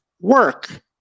work